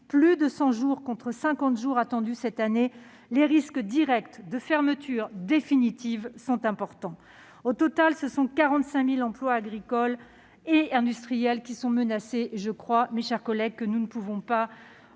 plus de 100 jours, contre 50 jours attendus cette année, les risques directs de fermeture définitive sont importants. Au total, ce sont 45 000 emplois agricoles et industriels qui sont menacés. Je crois, mes chers collègues, que nous ne pouvons pas